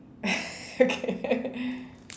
okay